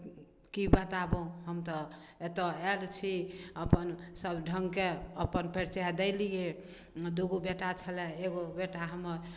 की बताबो हम तऽ एतऽ आयल छी अपन सब ढंगके अपन परिचय दैलिए दूगो बेटा छलै एगो बेटा हमर